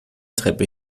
treppe